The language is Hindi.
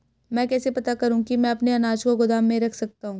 मैं कैसे पता करूँ कि मैं अपने अनाज को गोदाम में रख सकता हूँ?